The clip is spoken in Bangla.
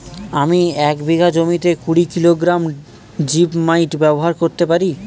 আমি এক বিঘা জমিতে কুড়ি কিলোগ্রাম জিপমাইট ব্যবহার করতে পারি?